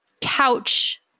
couch